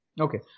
Okay